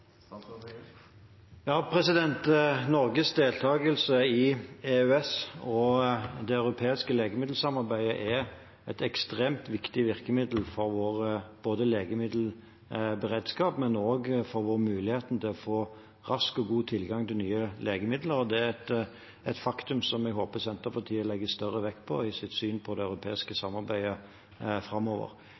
Norges deltakelse i EØS og det europeiske legemiddelsamarbeidet er et ekstremt viktig virkemiddel for både vår legemiddelberedskap og vår mulighet til å få rask og god tilgang til nye legemidler. Det er et faktum som jeg håper Senterpartiet legger større vekt på i sitt syn på det europeiske samarbeidet framover.